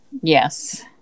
Yes